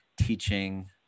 teaching